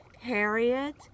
Harriet